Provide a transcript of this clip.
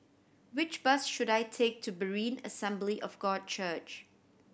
which bus should I take to Berean Assembly of God Church